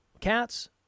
Cats